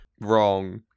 Wrong